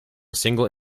single